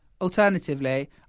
alternatively